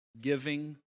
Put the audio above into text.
giving